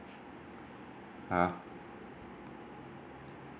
!huh!